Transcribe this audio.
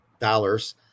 dollars –